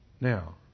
Now